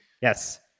Yes